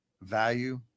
value